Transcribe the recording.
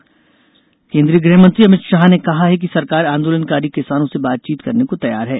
अमित शाह केंद्रीय गृहमंत्री अमित शाह ने कहा है कि सरकार आंदोलनकारी किसानों से बातचीत करने को तैयार है